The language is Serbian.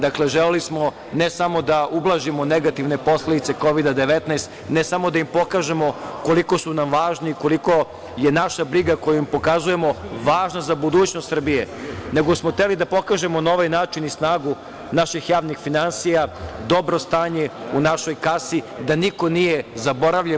Dakle, želeli smo ne samo da ublažimo negativne posledice Kovida – 19, ne samo da im pokažemo koliko su nam važni i koliko je naša briga koju pokazujemo važna za budućnost Srbije, nego smo hteli da pokažemo na ovaj način i snagu naših javnih finansija, dobro stanje u našoj kasi, da niko nije zaboravljen.